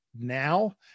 now